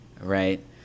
right